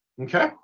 Okay